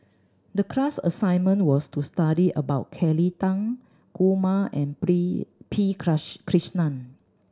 the class assignment was to study about Kelly Tang Kumar and P Krishnan